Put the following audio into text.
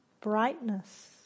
brightness